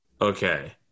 Okay